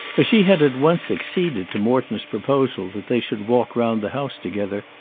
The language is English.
as she had at once acceded to morton's proposal that they should walk round the house together,